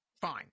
fine